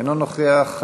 אינו נוכח.